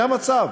זה המצב.